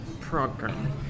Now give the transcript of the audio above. program